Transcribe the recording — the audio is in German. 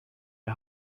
der